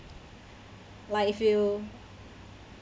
like if you